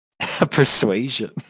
Persuasion